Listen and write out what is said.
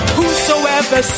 Whosoever